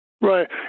Right